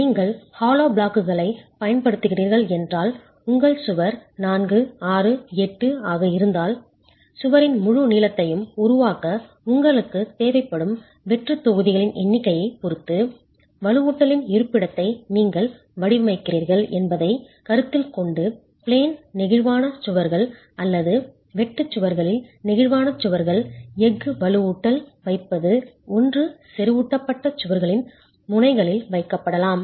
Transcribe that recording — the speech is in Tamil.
நீங்கள் ஹாலோ பிளாக்குகளைப் பயன்படுத்துகிறீர்கள் என்றால் உங்கள் சுவர் 468 ஆக இருந்தால் சுவரின் முழு நீளத்தையும் உருவாக்க உங்களுக்குத் தேவைப்படும் வெற்றுத் தொகுதிகளின் எண்ணிக்கையைப் பொறுத்து வலுவூட்டலின் இருப்பிடத்தை நீங்கள் வடிவமைக்கிறீர்கள் என்பதைக் கருத்தில் கொண்டு பிளேன் நெகிழ்வான சுவர்கள் அல்லது வெட்டு சுவர்களில் நெகிழ்வான சுவர்கள் எஃகு வலுவூட்டல் வைப்பது ஒன்று செறிவூட்டப்பட்டு சுவர்களின் முனைகளில் வைக்கப்படலாம்